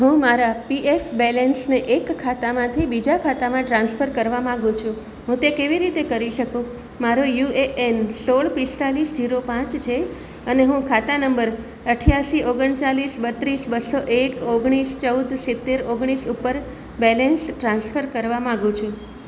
હું મારા પીએફ બેલેન્સને એક ખાતામાંથી બીજા ખાતામાં ટ્રાન્સફર કરવા માગું છું હું તે કેવી રીતે કરી શકું મારો યુએએન સોળ પિસ્તાલીસ ઝીરો પાંચ છે અને હું ખાતા નંબર અઠયાસી ઓગણચાલીસ બત્રીસ બસો એક ઓગણીસ ચૌદ સિત્તેર ઓગણીસ ઉપર બેલેન્સ ટ્રાન્સફર કરવા માગું છું